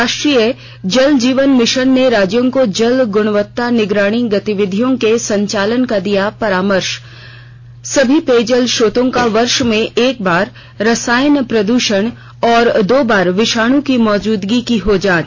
राष्ट्रीय जल जीवन मिशन ने राज्यों को जल गुणवत्ता निगरानी गतिविधियों के संचालन का दिया परामर्श सभी पेय जल स्रोतों का वर्ष में एक बार रसायन प्रदूषण और दो बार विषाणु की मौजूदगी की हो जांच